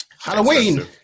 Halloween